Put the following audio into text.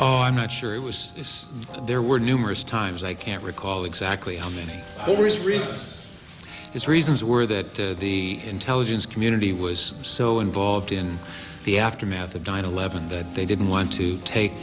oh i'm not sure it was is there were numerous times i can't recall exactly how many over his response his reasons were that the intelligence community was so involved in the aftermath of nine eleven that they didn't want to take